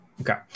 Okay